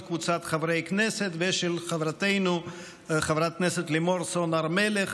קבוצת חברי כנסת ושל חברתנו חברת הכנסת לימור סון הר מלך.